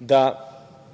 da